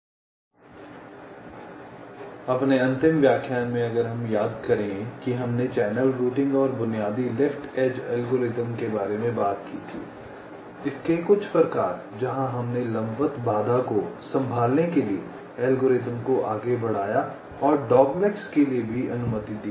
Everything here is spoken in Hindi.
इसलिए अपने अंतिम व्याख्यान में अगर हम याद करें कि हमने चैनल रूटिंग और बुनियादी लेफ्ट एज अल्गोरिथम के बारे में बात की थी इसके कुछ प्रकार जहाँ हमने लंबवत बाधा को संभालने के लिए एल्गोरिदम को आगे बढ़ाया और डॉगलेगस के लिए भी अनुमति दी